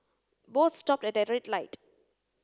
both stopped at a red light